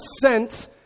sent